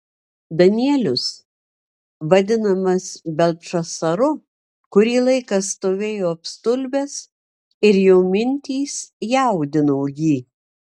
danielius vadinamas beltšacaru kurį laiką stovėjo apstulbęs ir jo mintys jaudino jį